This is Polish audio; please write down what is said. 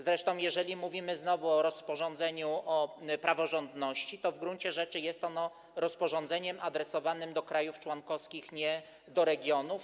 Zresztą jeżeli mówimy o rozporządzeniu o praworządności, to w gruncie rzeczy jest ono rozporządzeniem adresowanym do krajów członkowskich, nie do regionów.